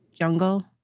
jungle